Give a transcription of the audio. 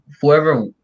whoever